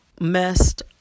messed